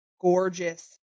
gorgeous